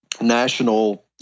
national